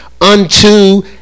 unto